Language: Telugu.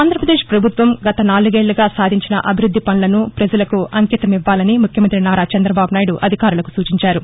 ఆంధ్రప్రదేశ్ ప్రభుత్వం గత నాలుగేళ్లుగా సాధించిన అభివృద్ది పనులను ప్రపజలకు అంకితమివ్వాలని ముఖ్యమంత్రి నారా చంద్రబాబు నాయుడు అధికారులకు సూచించారు